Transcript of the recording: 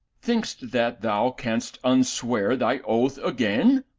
thinkst that thou canst unswear thy oath again?